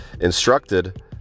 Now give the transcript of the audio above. instructed